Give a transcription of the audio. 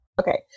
okay